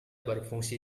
berfungsi